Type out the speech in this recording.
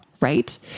right